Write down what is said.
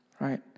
right